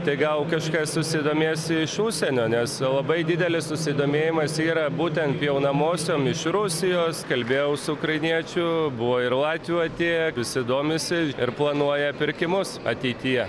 tai gal kažkas susidomės iš užsienio nes labai didelis susidomėjimas yra būtent pjaunamosiom iš rusijos kalbėjau su ukrainiečiu buvo ir latvių atėjo visi domisi ir planuoja pirkimus ateityje